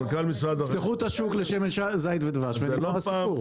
תפתחו את השוק לשמן זית ודבש ונגמר הסיפור.